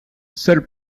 seul